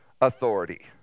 authority